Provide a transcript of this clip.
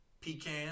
pecan